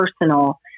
personal